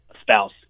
spouse